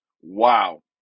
wow